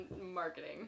marketing